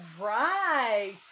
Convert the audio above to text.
right